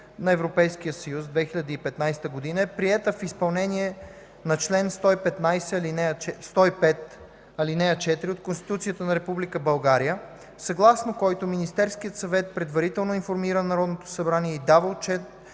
на Европейския съюз (2015 г.) е приета в изпълнение на чл. 105, ал. 4 от Конституцията на Република България, съгласно който Министерският съвет предварително информира Народното събрание и дава